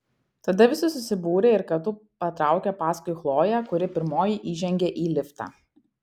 tada visi susibūrė ir kartu patraukė paskui chloję kuri pirmoji įžengė į liftą